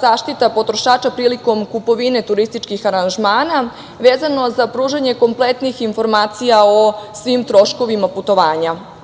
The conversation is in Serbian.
zaštita potrošača prilikom kupovine turističkih aranžmana vezano za pružanje kompletnih informacija o svim troškovima putovanja. Unapređuje